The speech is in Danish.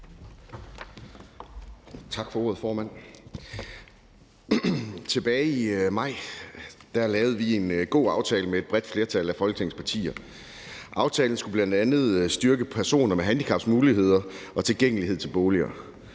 Tak for ordet, formand. Tilbage i maj lavede vi en god aftale med et bredt flertal af Folketingets partier. Aftalen skulle bl.a. styrke muligheder og tilgængelighed til boliger